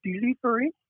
delivery